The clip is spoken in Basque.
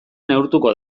neurtuko